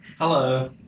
Hello